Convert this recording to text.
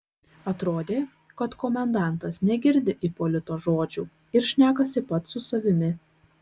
atrodė kad komendantas negirdi ipolito žodžių ir šnekasi pats su savimi